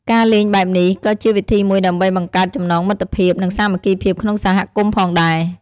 ការលេងបែបនេះក៏ជាវិធីមួយដើម្បីបង្កើតចំណងមិត្តភាព និងសាមគ្គីភាពក្នុងសហគមន៍ផងដែរ។